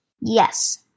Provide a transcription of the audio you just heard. yes